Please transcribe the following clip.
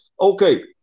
Okay